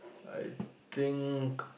I think